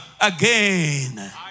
again